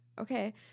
okay